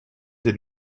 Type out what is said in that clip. den